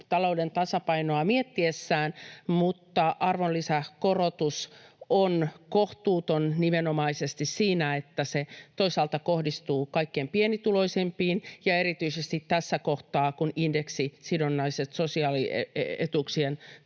talouden tasapainoa miettiessään, mutta arvonlisäveron korotus on kohtuuton nimenomaisesti siinä, että se toisaalta kohdistuu kaikkein pienituloisimpiin, ja erityisesti tässä kohtaa, kun indeksisidonnaiset sosiaalietuudet